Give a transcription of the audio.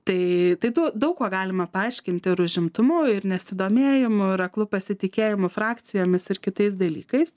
tai tai tuo daug kuo galima paaiškinti ir užimtumu ir nesidomėjimu ir aklu pasitikėjimu frakcijomis ir kitais dalykais